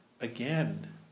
again